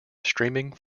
streaming